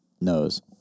knows